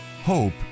hope